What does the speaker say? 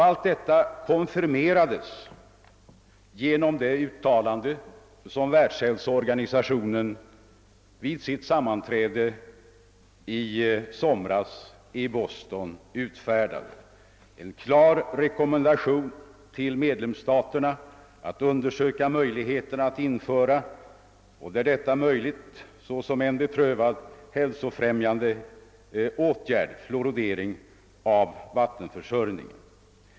Allt detta konfirmerades genom det uttalande som Världshälsoorganisationen gjorde vid sitt sammanträde i Boston i somras — en klar rekommendation till medlemsstaterna att undersöka möjligheten att som en beprövad hälsofrämjande åtgärd fluoridera vattnet.